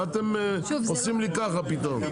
מה אתם עושים לי ככה פתאום.